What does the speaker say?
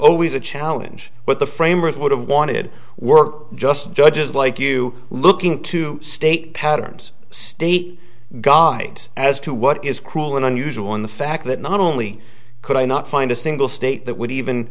always a challenge what the framers would have wanted work just judges like you looking to state patterns state guide as to what is cruel and unusual in the fact that not only could i not find a single state that would even